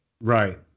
Right